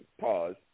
pause